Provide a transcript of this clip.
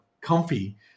comfy